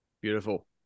Beautiful